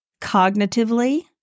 cognitively